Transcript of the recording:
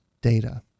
data